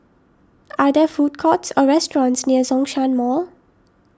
are there food courts or restaurants near Zhongshan Mall